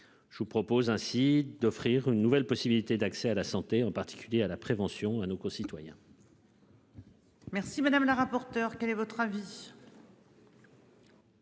Je vous propose ainsi d'offrir une nouvelle possibilité d'accès à la santé, en particulier à la prévention à nos concitoyens.